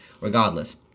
Regardless